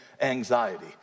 anxiety